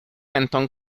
mentón